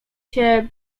się